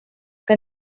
que